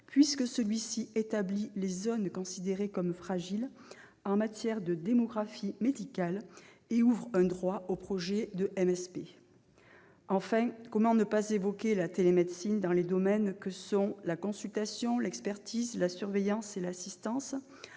puisque celui-ci établit les zones considérées comme fragiles en matière de démographie médicale et ouvre un droit aux projets de maisons de santé pluriprofessionnelles. Enfin, comment ne pas évoquer la télémédecine dans les domaines que sont la consultation, l'expertise, la surveillance et l'assistance,